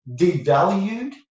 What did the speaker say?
devalued